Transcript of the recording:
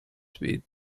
speed